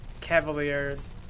Cavaliers